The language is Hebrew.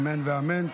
אמן ואמן.